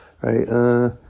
right